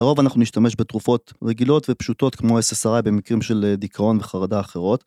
הרוב אנחנו נשתמש בתרופות רגילות ופשוטות כמו SSRI במקרים של דיכאון וחרדה אחרות.